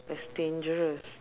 is dangerous